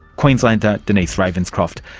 queensland denise ravenscroft.